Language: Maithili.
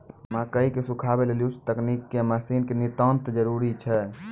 मकई के सुखावे लेली उच्च तकनीक के मसीन के नितांत जरूरी छैय?